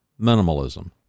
minimalism